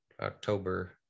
October